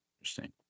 Interesting